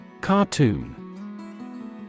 Cartoon